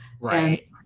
Right